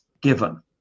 given